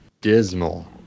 dismal